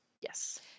Yes